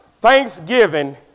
Thanksgiving